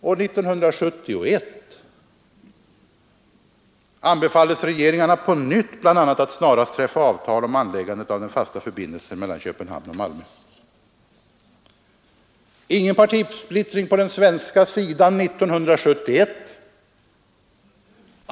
Och 1971 anbefalldes regeringarna på nytt bl.a. att snarast träffa avtal om anläggandet av den fasta förbindelsen mellan Köpenhamn och Malmö. Det rådde ingen partisplittring på den svenska sidan 1971.